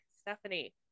Stephanie